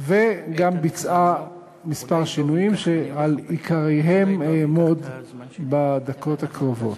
וגם ביצעה כמה שינויים שעל עיקריהם אעמוד בדקות הקרובות.